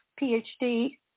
PhD